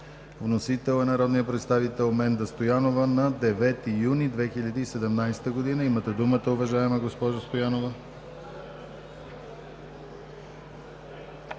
Вносител е народният представител Менда Стоянова на 9 юни 2017 г. Имате думата, уважаема госпожо Стоянова.